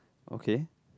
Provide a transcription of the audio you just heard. okay